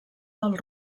del